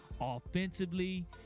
offensively